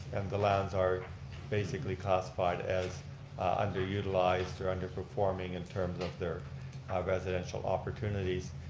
and the lands are basically classified as under-utilized or underperforming in terms of their residential opportunities.